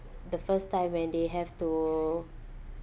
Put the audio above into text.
the first time when they have to